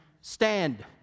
stand